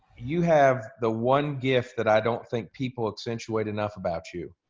you have the one gift that i don't think people accentuate enough about you.